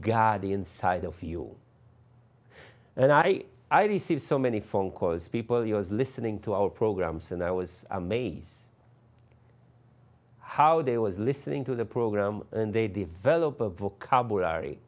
god inside of you and i i received so many phone calls people use listening to our programs and i was amazed how they was listening to the program and they develop a vocabulary